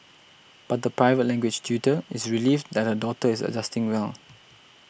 but the private language tutor is relieved that her daughter is adjusting well